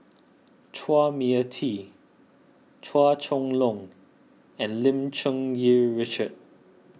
Chua Mia Tee Chua Chong Long and Lim Cherng Yih Richard